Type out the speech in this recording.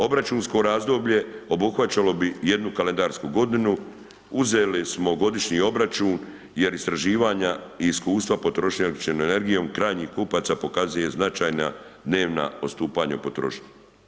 Obračunsko razdoblje obuhvaćalo bi jednu kalendarsku godinu, uzeli smo godišnji obračun jer istraživanja i iskustva potrošnje električnom energijom krajnjih kupaca pokazuje značajna dnevna odstupanja u potrošnji.